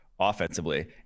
Offensively